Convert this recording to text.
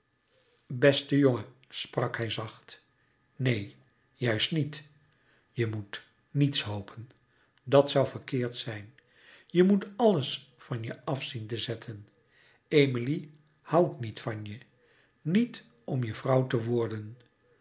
beste jongen sprak hij zacht neen juist niet je moet niets hopen dat zoû verkeerd zijn je moet alles van je af zien te zetten emilie houdt niet van je niet om je vrouw te worden